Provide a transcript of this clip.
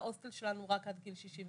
ההוסטל שלנו רק עד גיל 65,